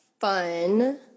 fun